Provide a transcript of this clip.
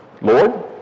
Lord